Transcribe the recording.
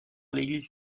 l’église